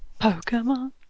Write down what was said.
pokemon